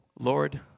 Lord